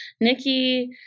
Nikki